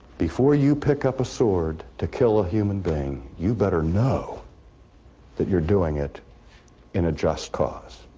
before you pick up a sword to kill a human being, you better know that you're doing it in a just cause,